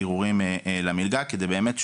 הערעורים למלגה כדי באמת,